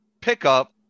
pickup